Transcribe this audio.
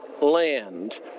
land